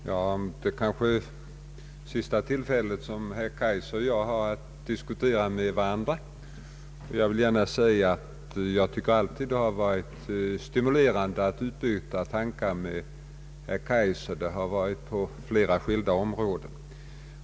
Herr talman! Detta kanske är det sista tillfälle som herr Kaijser och jag har att diskutera med varandra. Jag har alltid tyckt att det har varit stimulerande att utbyta tankar med herr Kaijser — det har vi gjort på flera skilda områden.